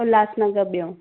उल्हासनगर ॿियो